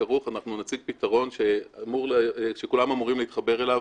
ערוך אנחנו נציג פתרון שכולם אמורים להתחבר אליו.